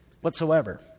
whatsoever